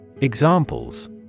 Examples